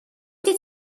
did